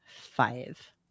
five